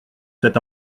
cet